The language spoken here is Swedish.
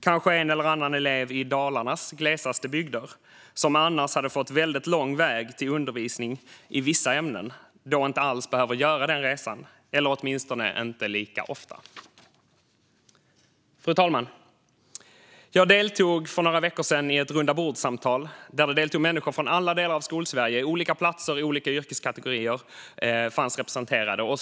Kanske en eller annan elev i Dalarnas glesaste bygder som annars hade fått väldigt lång väg till undervisning i vissa ämnen då inte alls behöver göra den resan - eller åtminstone inte lika ofta. Jag deltog för några veckor sedan i ett rundabordssamtal, där det deltog människor från alla delar av Skolsverige. Olika platser och olika yrkeskategorier i skolan fanns representerade.